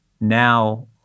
now